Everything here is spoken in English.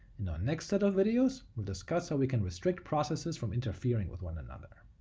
in our next set of videos, we'll discuss how we can restrict processes from interfering with one another.